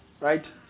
right